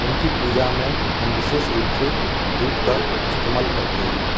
उनकी पूजा में हम बिसेस रूप से दूध का इस्तेमाल करते हैं